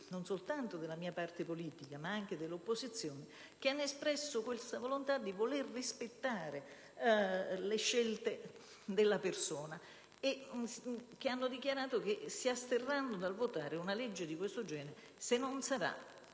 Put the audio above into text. non soltanto della mia parte politica, ma anche della maggioranza, che hanno espresso la volontà di rispettare le scelte della persona e che hanno dichiarato che si asterranno dal votare un provvedimento di questo genere se non ci sarà